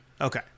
Okay